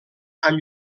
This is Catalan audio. amb